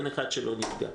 אין אחד שלא נפגע.